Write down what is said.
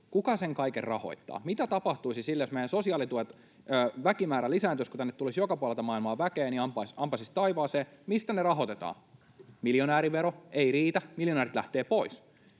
Kuka sen kaiken rahoittaa? Mitä tapahtuisi silloin, jos meidän väkimäärä lisääntyisi, ampaisisi taivaaseen, kun tänne tulisi joka puolelta maailmaa väkeä? Mistä ne rahoitetaan? Miljonäärivero? Ei riitä, miljonäärit lähtevät pois.